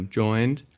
joined